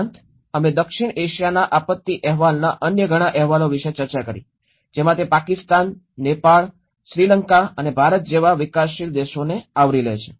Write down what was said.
ઉપરાંત અમે દક્ષિણ એશિયાના આપત્તિ અહેવાલના અન્ય ઘણા અહેવાલો વિશે ચર્ચા કરી જેમાં તે પાકિસ્તાન નેપાળ શ્રીલંકા અને ભારત જેવા વિકાસશીલ દેશોને આવરી લે છે